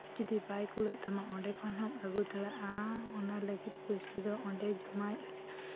ᱡᱩᱫᱤ ᱵᱟᱭ ᱠᱩᱲᱟᱹᱜ ᱛᱟᱢᱟ ᱚᱸᱰᱮ ᱠᱷᱚᱱ ᱦᱚᱸᱢ ᱟᱹᱜᱩ ᱫᱟᱲᱮᱭᱟᱜᱼᱟ ᱚᱱᱟ ᱞᱟᱹᱜᱤᱫ ᱯᱚᱭᱥᱟ ᱫᱚ ᱚᱸᱰᱮ ᱡᱚᱢᱟᱭᱮᱜ ᱟᱞᱮ